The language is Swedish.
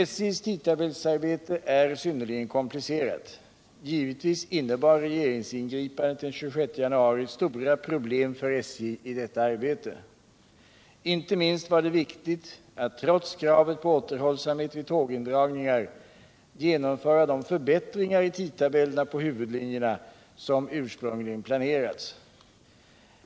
SJ:s tidtabellsarbete är synnerligen komplicerat. Givetvis innebar regeringsingripandet den 26 januari stora problem för SJ i detta arbete. Inte minst var det viktigt att trots kravet på återhållsamhet vid tågindragningar genomföra de förbättringar i tidtabellerna på huvudlinjerna som ursprung ligen planerats.